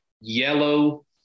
yellow